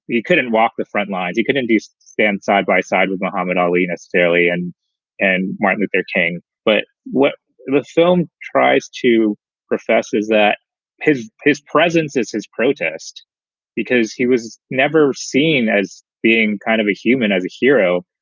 you couldn't walk the front lines. you couldn't so stand side by side with muhammad ali necessarily. and and martin luther king. but what the film tries to profess is that his his presence is his protest because he was never seen as being kind of a human as a hero.